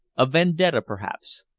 a vendetta, perhaps.